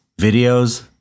videos